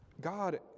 God